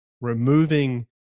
removing